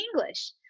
English